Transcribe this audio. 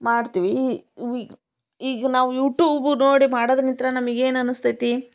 ಮಾಡ್ತೀವಿ ವಿ ಈಗ ನಾವು ಯೂಟ್ಯೂಬ್ ನೋಡಿ ಮಾಡದ್ರಿಂದ ನಮಗೇನನ್ನಿಸ್ತೈತಿ